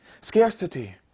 Scarcity